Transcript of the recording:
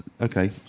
okay